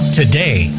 today